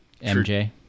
MJ